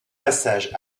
passages